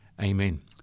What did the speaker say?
Amen